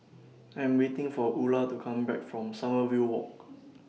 I Am waiting For Ula to Come Back from Sommerville Walk